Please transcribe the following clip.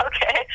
Okay